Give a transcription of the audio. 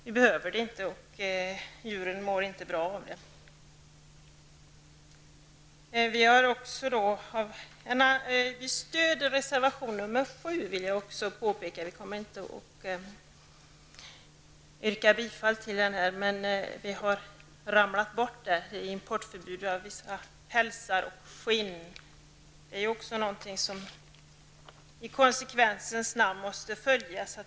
Vi behöver den inte, och djuren mår inte bra. Jag vill också påpeka att vi stöder reservation nr 7, även om vi inte kommer att yrka bifall till den. Det gäller importförbud för vissa pälsar och skinn. Det är ju också någonting som i konsekvensens namn måste följas.